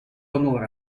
onore